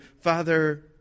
Father